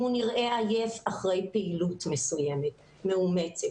אם הוא נראה עייף אחרי פעילות מסוימת מאומצת,